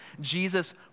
Jesus